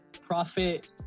profit